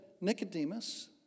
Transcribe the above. Nicodemus